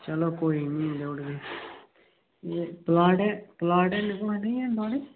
चलो कोई नी देई ओड़गे प्लाट ऐ प्लाट हैन की नेई हैन